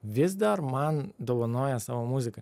vis dar man dovanoja savo muziką